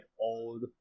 old